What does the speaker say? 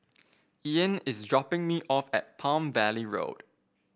Ean is dropping me off at Palm Valley Road